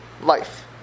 life